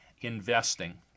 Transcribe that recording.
investing